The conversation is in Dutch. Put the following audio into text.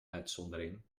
uitzondering